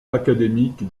académique